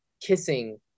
kissing